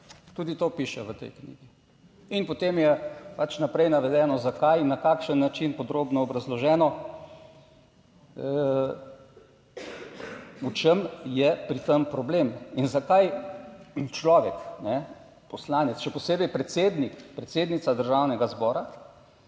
Tudi to piše v tej knjigi, in potem je pač naprej navedeno zakaj in na kakšen način podrobno obrazloženo v čem je pri tem problem in zakaj, in človek, poslanec, še posebej predsednik, predsednica Državnega zbora,